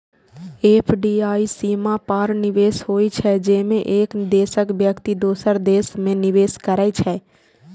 FDI सीमा पार निवेश होइ छै, जेमे एक देशक व्यक्ति दोसर देश मे निवेश करै छै